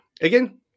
Again